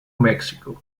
mexico